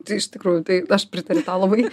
tai iš tikrųjų tai aš pritariu tau labai